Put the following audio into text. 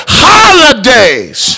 holidays